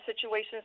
situations